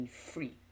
free